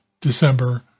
December